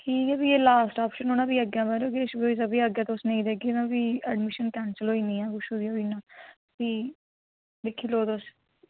ठीक ऐ फ्ही एह् लास्ट आप्शन होना फ्ही अग्गें मतलब किश बी होई सकदा फ्ही अग्गै तुस नेईं देगे ते फ्ही अडमीशन कैंसिल होई जाना कुछ बी होई जाना फ्ही दिक्खी लैओ तुस